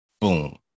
boom